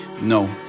No